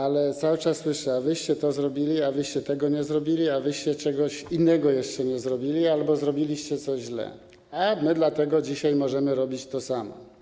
Ale cały czas słyszę: A wyście to zrobili, a wyście tego nie zrobili, a wyście czegoś innego jeszcze nie zrobili albo zrobiliście coś źle, dlatego my dzisiaj możemy robić to samo.